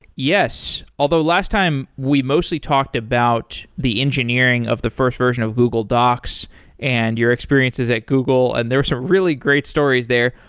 yes, although last time we mostly talked about the engineering of the first version of google docs and your experiences at google, and there're some really great stories there,